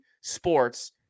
Sports